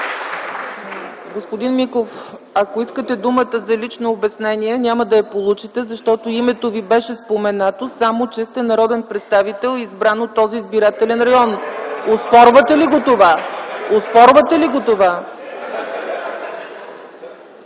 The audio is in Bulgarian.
Господин Миков, ако искате думата за лично обяснение, няма да я получите, защото името Ви беше споменато само за това, че сте народен представител, избран от този избирателен район. Оспорвате ли го това? Оспорвате ли го това?